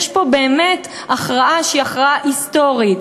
יש פה באמת הכרעה היסטורית.